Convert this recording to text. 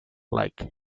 like